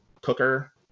cooker